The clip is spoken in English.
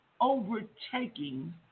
overtaking